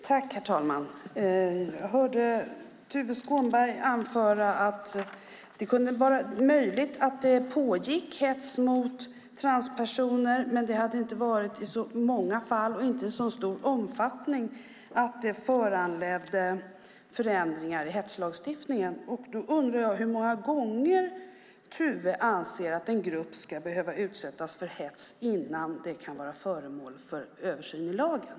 Herr talman! Jag hörde Tuve Skånberg anföra att det är möjligt att det pågår hets mot transpersoner, men att det inte har varit i så många fall och så stor omfattning att det föranleder förändringar i hetslagstiftningen. Då undrar jag hur många gånger Tuve anser att en grupp ska behöva utsättas för hets innan det kan bli föremål för översyn i lagen.